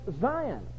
Zion